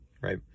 right